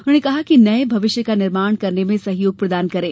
उन्होंने कहा कि नए भविष्य का निर्माण करने में सहयोग प्रदान करें